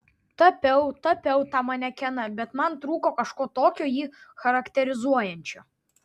tapiau tapiau tą manekeną bet man trūko kažko tokio jį charakterizuojančio